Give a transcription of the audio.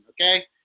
okay